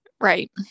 right